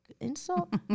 insult